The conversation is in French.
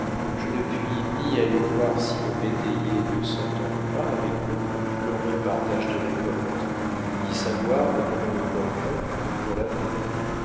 je ne puis ni aller voir si nos métiviers ne s'entendent pas avec eux lors du partage des récoltes ni savoir le moment opportun pour la vente